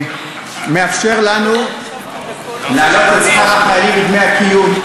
מאפשר לנו להעלות את שכר החיילים ודמי הקיום,